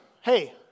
hey